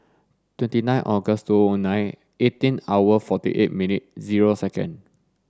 twenty nine August two thousand and nine eighteen hour forty eight million zero second